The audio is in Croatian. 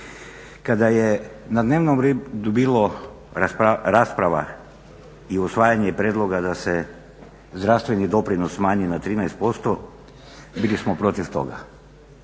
Kada je na dnevnom redu bilo rasprava i usvajanje prijedloga da se zdravstveni doprinos smanji na 13% bili smo protiv toga.